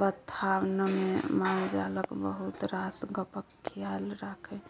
बथानमे मालजालक बहुत रास गप्पक खियाल राखय